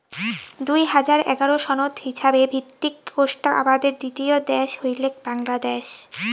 দুই হাজার এগারো সনত হিছাবে ভিত্তিক কোষ্টা আবাদের দ্বিতীয় দ্যাশ হইলেক বাংলাদ্যাশ